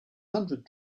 hundred